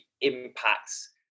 impacts